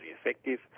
effective